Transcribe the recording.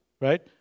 right